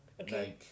okay